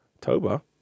Toba